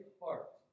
heart